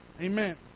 Amen